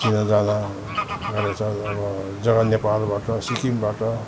चिनाजनाहरू गर्ने साथ अब जगा नेपालबाट सिक्किमबाट